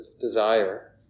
desire